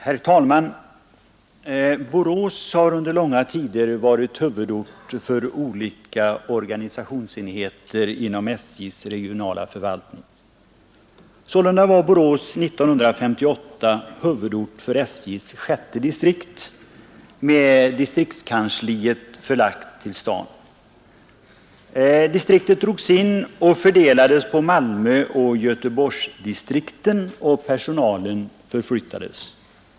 Herr talman! Borås har under långa tider varit huvudort för olika organisationsenheter inom SJ:s regionala förvaltning. Sålunda var Borås år 1958 huvudort för SJ:s sjätte distrikt med distriktskansliet förlagt till staden. Distriktet drogs in och fördelades på Malmöoch Göteborgsdistrikten, och personalen förflyttades.